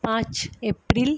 পাঁচ এপ্রিল